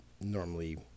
normally